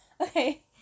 okay